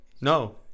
No